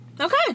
Okay